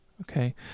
okay